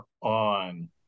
on